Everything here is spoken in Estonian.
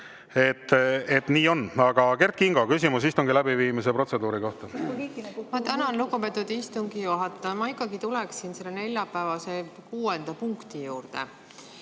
et nii on. Aga, Kert Kingo, küsimus istungi läbiviimise protseduuri kohta. Ma tänan, lugupeetud istungi juhataja! Ma ikkagi tuleksin selle neljapäevase kuuenda punkti juurde.